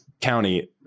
County